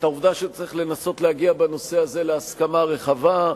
את העובדה שצריך לנסות להגיע בנושא הזה להסכמה רחבה.